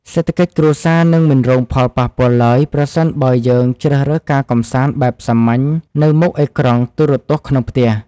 សេដ្ឋកិច្ចគ្រួសារនឹងមិនរងផលប៉ះពាល់ឡើយប្រសិនបើយើងជ្រើសរើសការកម្សាន្តបែបសាមញ្ញនៅមុខអេក្រង់ទូរទស្សន៍ក្នុងផ្ទះ។